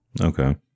okay